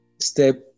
step